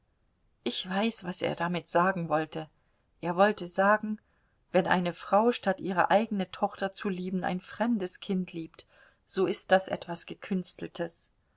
ich weiß was er damit sagen wollte er wollte sagen wenn eine frau statt ihre eigene tochter zu lieben ein fremdes kind liebt so ist das etwas gekünsteltes